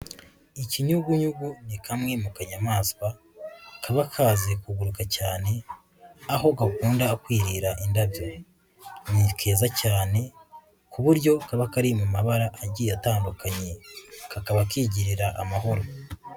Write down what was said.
Ikinyugunyugu ni kamwe mu kanyamaswa kaba kazi kugubwa cyane, aho gakunda kwirira indabyo, ni keza cyane ku buryo kaba kari mu mabara agiye atandukanye, kakaba kigirira amahoro.